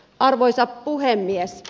arvoisa puhemies